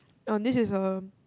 hmm this is a